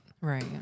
Right